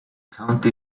county